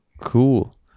cool